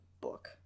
book